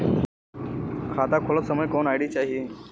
खाता खोलत समय कौन आई.डी चाही?